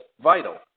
vital